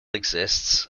exists